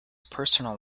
personal